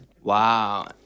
Wow